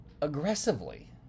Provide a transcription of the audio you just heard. aggressively